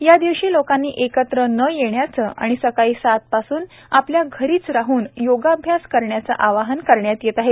या दिवशी लोकांनी एकत्र न येण्याचं आणि सकाळी सात पासून आपल्या घरीच राहन योगाभ्यास करण्याचं आवाहन करण्यात येत आहे